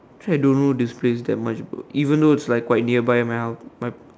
actually I don't know this place that much bro even though it's like quite nearby my house my